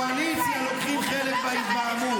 אבל לא רק מטורפי המשיחיות הכהנאית שבקואליציה לוקחים חלק בהתבהמות.